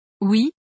Oui